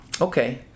okay